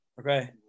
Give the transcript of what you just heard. Okay